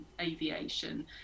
aviation